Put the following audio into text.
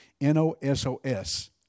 N-O-S-O-S